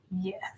yes